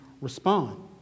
respond